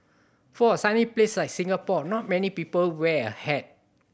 for a sunny place like Singapore not many people wear a hat